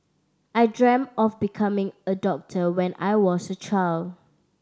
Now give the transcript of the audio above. I dreamt of becoming a doctor when I was a child